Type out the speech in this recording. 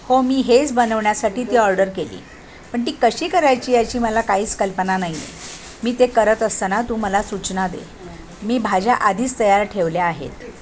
हो मी हेच बनवण्यासाठी ती ऑर्डर केली पण ती कशी करायची याची मला काहीच कल्पना नाही आहे मी ते करत असताना तू मला सूचना दे मी भाज्या आधीच तयार ठेवल्या आहेत